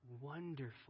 wonderful